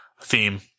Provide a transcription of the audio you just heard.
theme